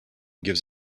gives